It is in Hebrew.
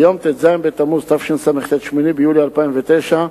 ביום ט"ז בתמוז התשס"ט, 8 ביולי 2009,